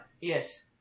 Yes